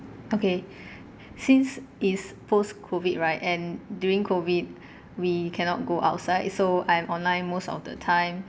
okay since it's post COVID right and during COVID we cannot go outside so I'm online most of the time